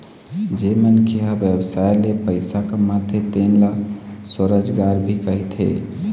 जेन मनखे ह बेवसाय ले पइसा कमाथे तेन ल स्वरोजगार भी कहिथें